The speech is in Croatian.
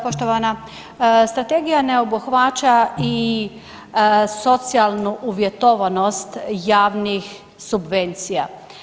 Poštovana, strategija ne obuhvaća i socijalnu uvjetovanost javnih subvencija.